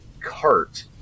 cart